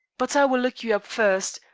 but i will look you up first.